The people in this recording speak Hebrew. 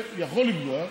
יכול לפגוע.